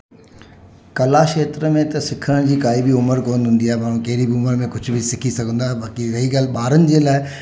कला खेत्र में त सिखण जी काई बि उमिरि कोन हूंदी आहे माण्हू कहिड़ी बि उमिरि में कुझु बि सिखी सघंदो आहे बाक़ी रही ॻाल्हि ॿारनि जे लाइ